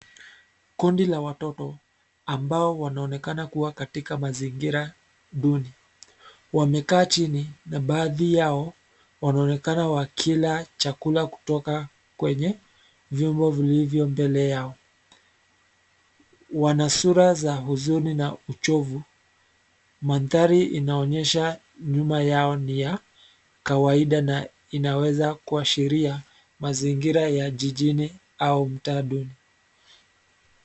Kundi la watoto, ambao wanaonekana kuwa katika mazingira, duni, wamekaa chini, na baadhi yao, wanaonekana wakila chakula kutoka kwenye, vyombo vilivyo mbele yao. Wana sura za huzuni na uchovu. Mandhari inaonyesha, nyuma yao ni ya, kawaida na, inaweza kuashiria, mazingira ya jijini, au mtaa duni.